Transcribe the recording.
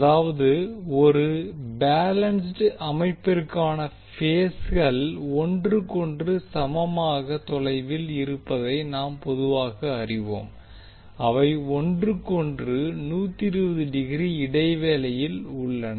அதாவது ஒரு பேலன்ஸ்ட் அமைப்பிற்கான பேஸ்கள் ஒன்றுக்கொன்று சமமாக தொலைவில் இருப்பதை நாம் பொதுவாக அறிவோம் அவை ஒன்றுக்கொன்று 120 டிகிரி இடைவெளியில் உள்ளன